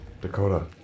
Dakota